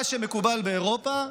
מה שמקובל באירופה,